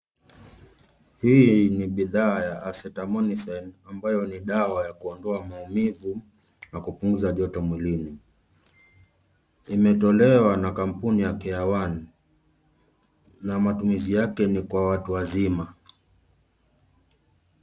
Hii ni bidhaa ya acetaminophen ambayo ni dawa ya kuondoa maumivu na kupunguza joto mwilini. Imetolewa na kampuni ya K one na matumizi yake ni watu wazima.